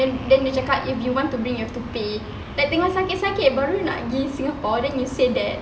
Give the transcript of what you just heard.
then then dia cakap if you want to bring you have to pay tengah sakit-sakit baru nak gi singapore then you say that